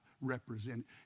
represent